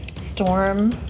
storm